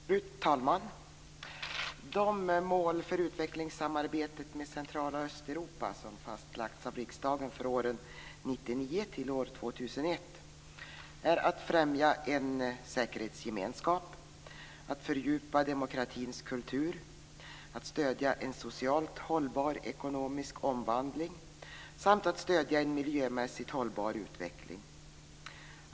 Fru talman! De mål för utvecklingssamarbetet med Central och Östeuropa som fastlagts av riksdagen för åren 1999-2001 är · att främja en säkerhetsgemenskap, · att fördjupa demokratins kultur, · att stödja en socialt hållbar ekonomisk omvandling samt · att stödja en miljömässigt hållbar utveckling.